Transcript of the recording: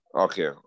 Okay